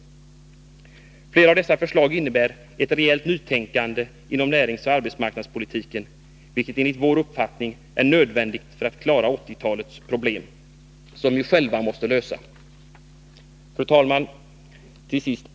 Flera av dessa förslag innebär ett rejält nytänkande inom näringsoch arbetsmarknadspolitiken, vilket enligt vår uppfattning är nödvändigt för att klara 1980-talets problem, som vi själva måste lösa. Fru talman!